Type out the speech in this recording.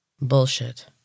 Bullshit